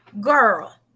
Girl